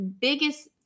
biggest